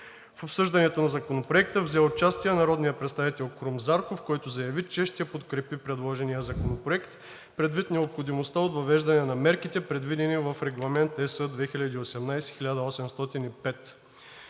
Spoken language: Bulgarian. В обсъждането на Законопроекта взе участие народният представител Крум Зарков, който заяви, че ще подкрепи предложения законопроект предвид необходимостта от въвеждане на мерките, предвидени в Регламент (ЕС) 2018/1805.